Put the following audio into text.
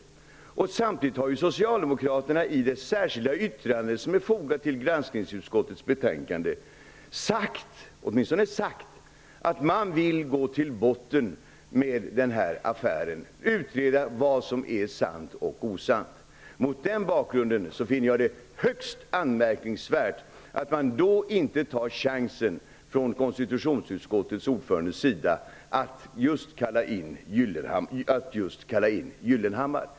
Samtidigt har socialdemokraterna i det särskilda yttrande som är fogat vid utskottets granskningsbetänkande åtminstone påstått att de vill gå till botten med denna affär och utreda vad som är sant och osant. Mot den bakgrunden finner jag det högst anmärkningsvärt att KU:s ordförande inte tar chansen att kalla in Gyllenhammar.